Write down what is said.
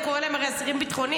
הוא קורא להם הרי אסירים ביטחוניים,